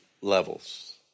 levels